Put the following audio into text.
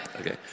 okay